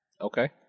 Okay